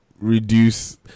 reduce